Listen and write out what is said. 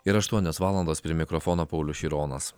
yra aštuonios valandos prie mikrofono paulius šironas